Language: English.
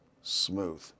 smooth